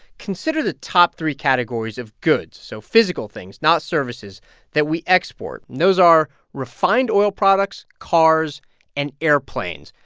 consider the top three categories of goods so physical things, not services that we export. those are refined oil products, cars and airplanes.